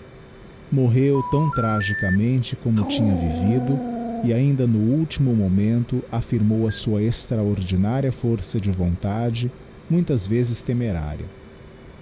morreu tão tragicamente como tinha vivido e ainda no ultimo momento affirmou a sua extraordinária força de vontade muitas vezes temerária